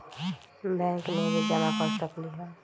Bank में भी जमा कर सकलीहल?